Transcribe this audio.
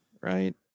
Right